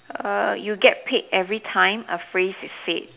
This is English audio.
err you get paid every time a phrase is said